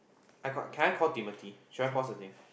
I got can I call Timothy should I pause the thing